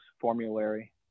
formulary